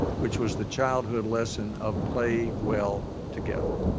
which was the childhood lesson of play well together,